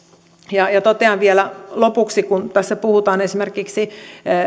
totean vielä lopuksi kun tässä puhutaan esimerkiksi